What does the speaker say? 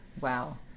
Wow